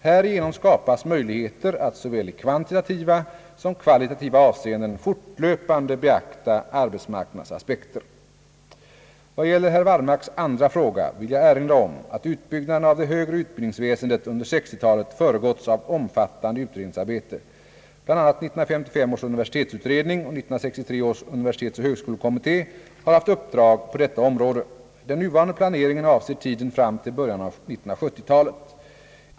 Härigenom skapas möjligheter att såväl i kvantitativa som kvalitativa avseenden fortlöpande beakta arbetsmarknadsaspekter. Vad gäller herr Wallmarks andra fråga vill jag erinra om att utbyggnaden av det högre utbildningsväsendet under 1960-talet föregåtts av omfattande utredningsarbete. Bl. a. 1955 års universitetsutredning och 1963 års universitetsoch högskolekommitté har haft uppdrag på detta område. Den nuvarande planeringen avser tiden fram till början av 1970-talet.